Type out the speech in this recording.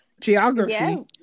geography